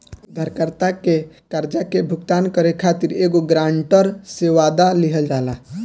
उधारकर्ता के कर्जा के भुगतान करे खातिर एगो ग्रांटर से, वादा लिहल जाला